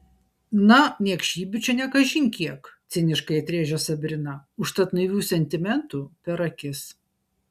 na niekšybių čia ne kažin kiek ciniškai atrėžė sabrina užtat naivių sentimentų per akis